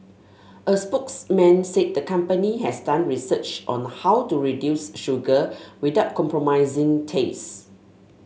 a spokesman said the company has done research on how to reduce sugar without compromising taste